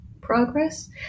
progress